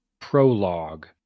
prologue